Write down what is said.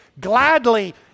gladly